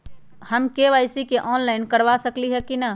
हम KYC online करवा सकली ह कि न?